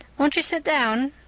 won't you sit down?